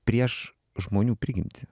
prieš žmonių prigimtį